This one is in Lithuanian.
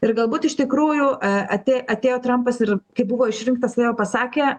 ir galbūt iš tikrųjų atė atėjo trampas ir kai buvo išrinktas vėl pasakė